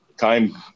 time